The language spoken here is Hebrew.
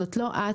זו לא את,